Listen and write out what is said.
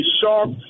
sharp